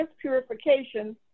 purification